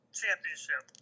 championship